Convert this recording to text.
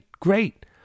great